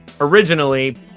Originally